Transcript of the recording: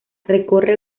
recorre